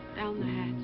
down the